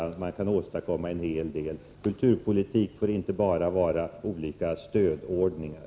Därigenom kan man åstadkomma en hel del. Kulturpolitik får inte bara vara olika stödordningar.